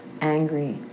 angry